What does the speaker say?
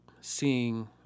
seeing